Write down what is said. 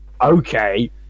okay